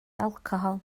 alcohol